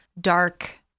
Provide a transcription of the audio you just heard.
dark